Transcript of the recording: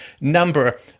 number